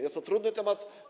Jest to trudny temat.